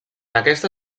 aquesta